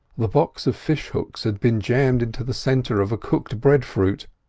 the box of fish-hooks had been jammed into the centre of a cooked breadfruit,